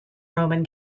roman